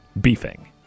Beefing